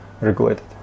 regulated